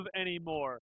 anymore